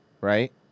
right